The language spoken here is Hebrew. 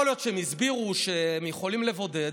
יכול להיות שהם הסבירו שהם יכולים לבודד.